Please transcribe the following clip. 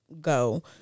go